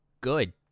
good